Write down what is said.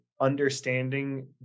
understanding